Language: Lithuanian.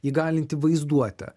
įgalinti vaizduotę